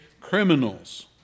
criminals